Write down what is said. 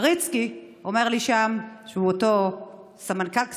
פריצקי אומר לי שם, אותו סמנכ"ל כספים: